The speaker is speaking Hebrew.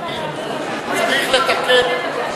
זה נמצא בכנסת הקודמת,